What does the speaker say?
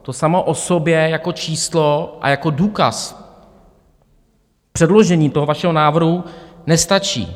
To samo o sobě jako číslo a jako důkaz předložení toho vašeho návrhu nestačí.